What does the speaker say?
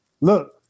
Look